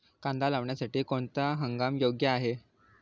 कांदा लागवडीसाठी कोणता हंगाम योग्य आहे?